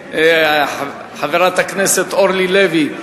לגבי חברת הכנסת אורלי לוי,